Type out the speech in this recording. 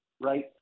Right